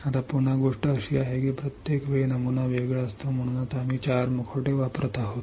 आता पुन्हा गोष्ट अशी आहे की प्रत्येक वेळी नमुना वेगळा असतो म्हणूनच आम्ही 4 मुखवटे वापरत आहोत